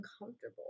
uncomfortable